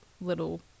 little